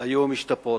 היו משתפרות.